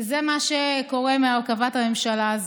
כי זה מה שקורה בהרכבת הממשלה הזו.